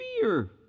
fear